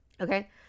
Okay